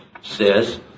says